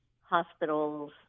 hospitals